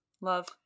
Love